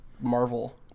Marvel